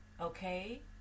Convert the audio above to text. okay